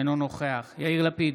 אינו נוכח יאיר לפיד,